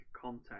content